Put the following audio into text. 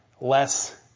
less